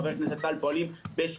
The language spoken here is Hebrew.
חבר הכנסת טל, פועלים בשקיפות.